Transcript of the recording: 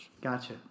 Gotcha